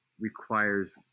requires